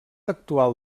actual